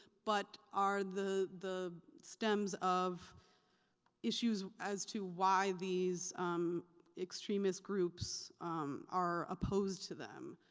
but are the the stems of issues as to why these extremist groups are opposed to them.